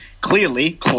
clearly